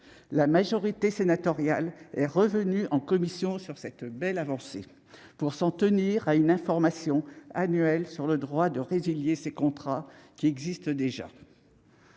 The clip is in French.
la majorité sénatoriale est revenue sur cette belle avancée pour s'en tenir à une information annuelle sur le droit de résilier ces contrats, ce qui existe déjà.